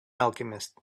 alchemist